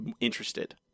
interested